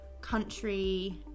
country